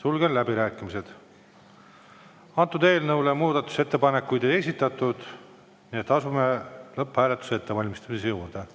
Sulgen läbirääkimised. Eelnõu kohta muudatusettepanekuid ei esitatud. Nii et asume lõpphääletuse ettevalmistamise juurde.